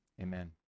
amen